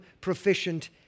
proficient